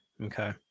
Okay